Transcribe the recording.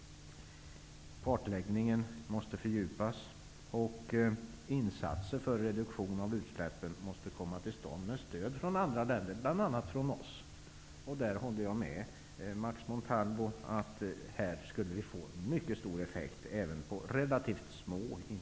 Kartläggningen måste fördjupas, och insatser för reduktion av utsläppen måste komma till stånd med stöd av andra länder, bl.a. från oss. Jag håller med Max Montalvo om att man skulle få mycket stor effekt även av relativt små insatser.